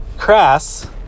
crass